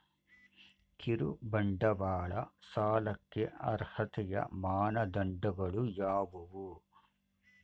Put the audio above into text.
ಕಿರುಬಂಡವಾಳ ಸಾಲಕ್ಕೆ ಅರ್ಹತೆಯ ಮಾನದಂಡಗಳು ಯಾವುವು?